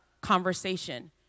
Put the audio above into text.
conversation